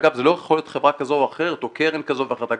זה לא חייב להיות חברה כזו או אחרת או קרן כזו או אחרת,